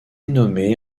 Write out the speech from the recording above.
nommée